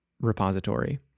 Repository